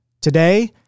Today